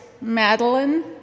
Madeline